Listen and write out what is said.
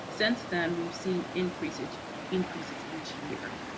since then we've seen increases increases each year.